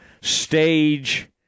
stage